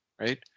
right